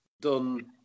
done